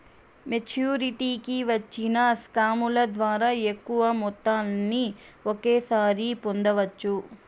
మెచ్చురిటీకి వచ్చిన స్కాముల ద్వారా ఎక్కువ మొత్తాన్ని ఒకేసారి పొందవచ్చు